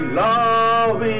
love